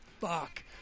fuck